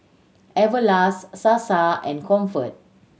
Everlast Sasa and Comfort